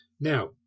Now